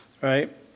right